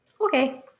Okay